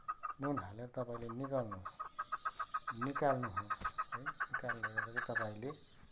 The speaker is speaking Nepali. नुन हालेर तपाईँले निकाल्नुहोस् निकाल्नुहोस् है निकालेर चाहिँ तपाईँले